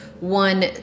one